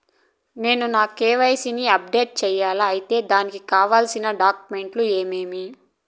నేను నా కె.వై.సి ని అప్డేట్ సేయాలా? అయితే దానికి కావాల్సిన డాక్యుమెంట్లు ఏమేమీ?